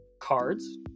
cards